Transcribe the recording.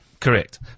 Correct